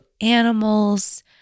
animals